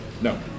No